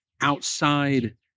outside